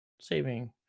saving